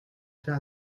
fait